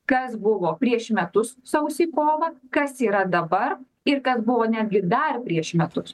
kas buvo prieš metus sausį kovą kas yra dabar ir kas buvo netgi dar prieš metus